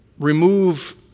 remove